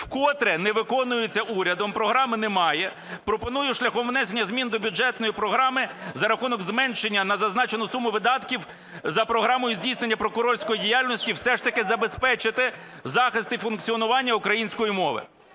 Вкотре не виконується урядом, програми немає. Пропоную, шляхом внесення змін до бюджетної програми, за рахунок зменшення на зазначену суму видатків за програмою "Здійснення прокурорської діяльності" все ж таки забезпечити захист і функціонування української мови.